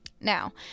Now